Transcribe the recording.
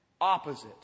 opposite